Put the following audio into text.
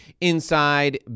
inside